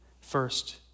First